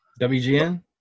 WGN